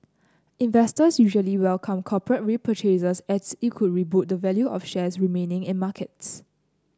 investors usually welcome corporate repurchases as it could boost the value of shares remaining in markets